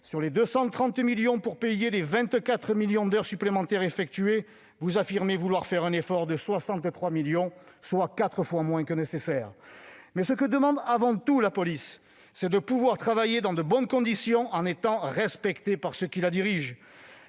nécessaires pour payer les 24 millions d'heures supplémentaires effectuées. Vous affirmez vouloir faire un effort de 63 millions d'euros, soit quatre fois moins que nécessaire. Ce que demande avant tout la police, c'est de pouvoir travailler dans de bonnes conditions et d'être respectée par ceux qui la dirigent.